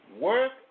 work